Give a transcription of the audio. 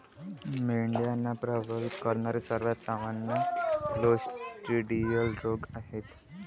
मेंढ्यांना प्रभावित करणारे सर्वात सामान्य क्लोस्ट्रिडियल रोग आहेत